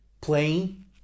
playing